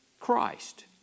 Christ